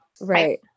Right